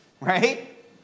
right